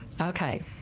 Okay